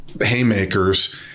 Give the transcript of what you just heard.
haymakers